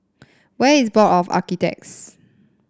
where is Board of Architects